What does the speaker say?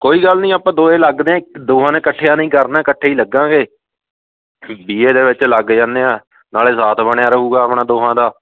ਕੋਈ ਗੱਲ ਨਹੀਂ ਆਪਾਂ ਦੋਵੇਂ ਲੱਗਦੇ ਆ ਦੋਵਾਂ ਨੇ ਇਕੱਠਿਆਂ ਨੇ ਹੀ ਕਰਨਾ ਇਕੱਠੇ ਈ ਲੱਗਾਂਗੇ ਬੀ ਏ ਦੇ ਵਿੱਚ ਲੱਗ ਜਾਂਦੇ ਆ ਨਾਲੇ ਸਾਥ ਬਣਿਆ ਰਹੇਗਾ ਆਪਣਾ ਦੋਹਾਂ ਦਾ